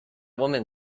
woman